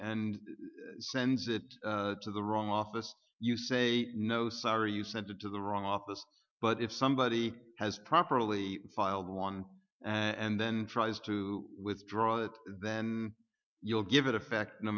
and sends it to the wrong office you say no sorry you sent it to the wrong office but if somebody has properly filed one and then tries to withdraw it then you'll give it a fact no